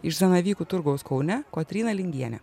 iš zanavykų turgaus kaune kotryna lingienė